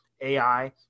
AI